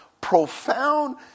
profound